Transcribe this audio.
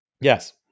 Yes